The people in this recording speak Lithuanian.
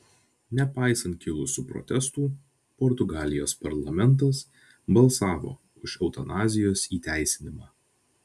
nepaisant kilusių protestų portugalijos parlamentas balsavo už eutanazijos įteisinimą